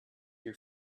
your